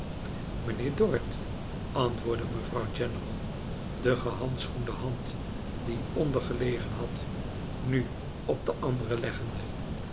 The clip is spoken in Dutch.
mijnheer dorrit antwoordde mevrouw general de gehandschoende hand die onder gelegen had nu op de andere leggende